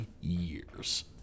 years